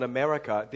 America